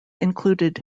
included